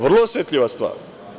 Vrlo osetljiva stvar.